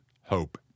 hope